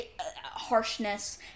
harshness